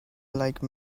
like